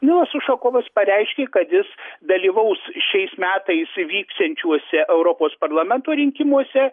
nilas ušakovas pareiškė kad jis dalyvaus šiais metais vyksiančiuose europos parlamento rinkimuose